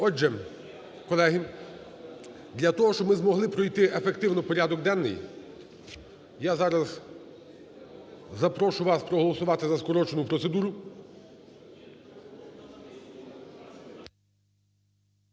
Отже, колеги, для того, щоб ми змогли пройти ефективно порядок денний, я зараз запрошу вас проголосувати за скорочену процедуру.